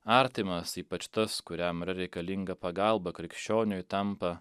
artimas ypač tas kuriam yra reikalinga pagalba krikščioniui tampa